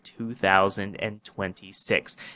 2026